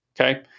Okay